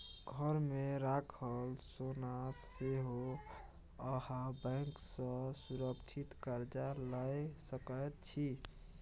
घरमे राखल सोनासँ सेहो अहाँ बैंक सँ सुरक्षित कर्जा लए सकैत छी